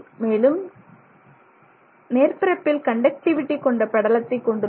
மேலும் மேற்பரப்பில் கண்டக்டிவிடி கொண்ட படலத்தை கொண்டுள்ளது